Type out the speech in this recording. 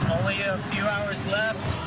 only a few hours left